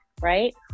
right